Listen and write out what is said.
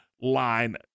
line